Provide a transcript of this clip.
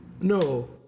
No